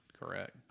correct